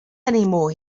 anymore